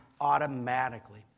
automatically